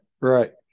right